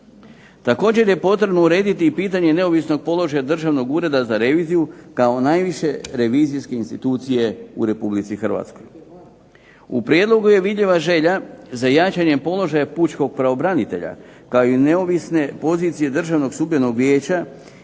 Također je potrebno urediti i pitanje neovisnog položaja Državnog ureda za reviziju kao najviše revizijske institucije u Republici Hrvatskoj. U prijedlogu je vidljiva želja za jačanjem položaja Pučkog pravobranitelja, kao i neovisne pozicije Državnog sudbenog vijeća,